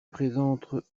présente